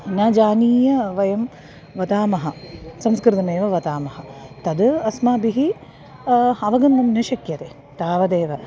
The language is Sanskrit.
न जानीय वयं वदामः संस्कृतमेव वदामः तत् अस्माभिः अवगन्तुं न शक्यते तावदेव